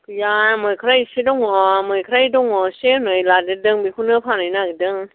गैया मैफ्राय एसे दङ मैफ्राय दङ एसे नै लादेरदों बेखौनो फानहैनो नागिरदों